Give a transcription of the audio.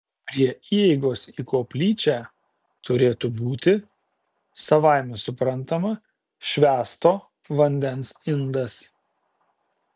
prie įeigos į koplyčią turėtų būti savaime suprantama švęsto vandens indas